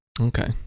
okay